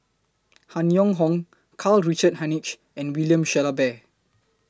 Han Yong Hong Karl Richard Hanitsch and William Shellabear